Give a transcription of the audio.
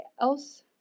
else